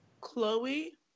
Chloe